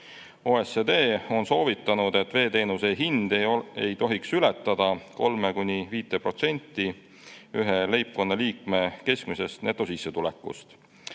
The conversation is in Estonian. OECD on soovitanud, et veeteenuse hind ei tohiks ületada 3–5% ühe leibkonnaliikme keskmisest netosissetulekust.